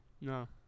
no